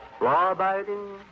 law-abiding